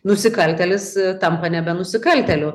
nusikaltėlis tampa nebe nusikaltėliu